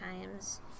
times